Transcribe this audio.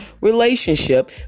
relationship